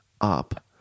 up